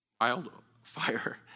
wildfire